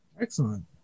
Excellent